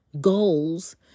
goals